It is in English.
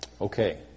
Okay